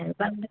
അതിപ്പം